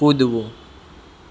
કૂદવું